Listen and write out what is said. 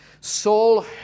Saul